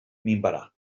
minvarà